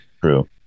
true